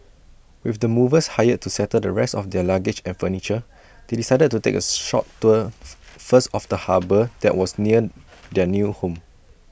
with the movers hired to settle the rest of their luggage and furniture they decided to take A short tour first of the harbour that was near their new home